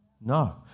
No